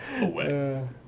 away